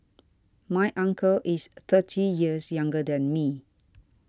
my uncle is thirty years younger than me